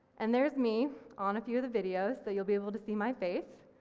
and there's me on a few of the videos, so you'll be able to see my face,